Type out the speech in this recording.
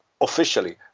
officially